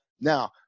Now